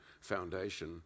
foundation